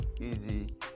easy